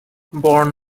born